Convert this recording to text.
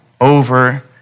over